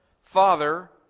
Father